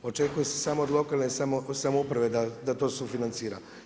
Očekuje se samo od lokalne samouprave da to sufinancira.